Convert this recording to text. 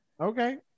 Okay